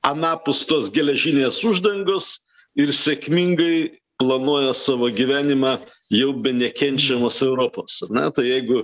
anapus tos geležinės uždangos ir sėkmingai planuoja savo gyvenimą jau be nekenčiamos europos ar ne tai jeigu